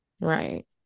Right